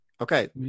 Okay